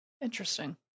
interesting